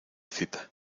cita